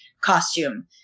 costume